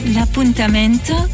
L'appuntamento